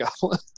Goblin